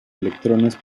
electrones